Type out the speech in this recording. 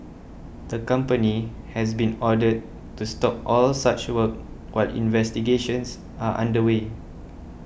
the company has been ordered to stop all such work while investigations are under way